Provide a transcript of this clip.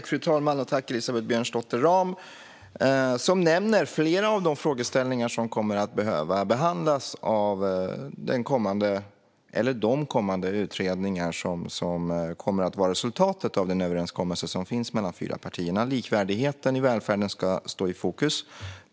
Fru talman! Tack, Elisabeth Björnsdotter Rahm! Du nämnde flera av de frågeställningar som kommer att behöva behandlas av de kommande utredningar som blir resultatet av den överenskommelse som finns mellan fyra partier. Likvärdigheten i välfärden ska stå i fokus.